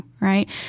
Right